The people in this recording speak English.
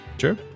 Sure